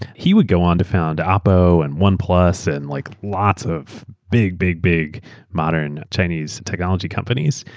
he would go on to found oppo, and oneplus, and like lots of big big big modern chinese technology companies.